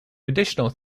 additional